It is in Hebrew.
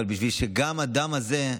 אבל בשביל שגם הדם הזה,